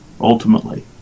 ultimately